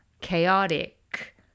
chaotic